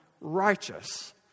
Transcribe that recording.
righteous